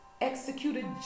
executed